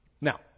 Now